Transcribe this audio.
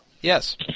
yes